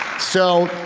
so,